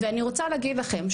ואני רוצה להגיד לכם,